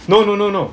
no no no no